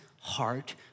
heart